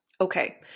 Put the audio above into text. Okay